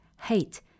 hate